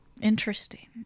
interesting